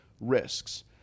risks